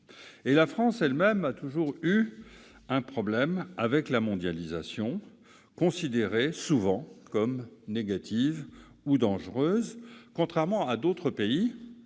La France elle-même a toujours eu un problème avec la mondialisation, considérée souvent comme négative ou dangereuse. Au contraire, les Pays-Bas,